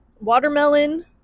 Watermelon